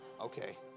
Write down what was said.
Okay